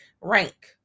rank